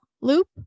loop